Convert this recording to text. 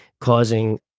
causing